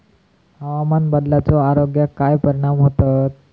हवामान बदलाचो आरोग्याक काय परिणाम होतत?